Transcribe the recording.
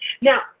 Now